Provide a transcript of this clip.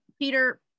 Peter